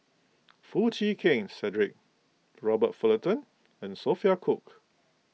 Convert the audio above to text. Foo Chee Keng Cedric Robert Fullerton and Sophia Cooke